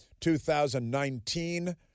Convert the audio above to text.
2019